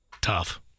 Tough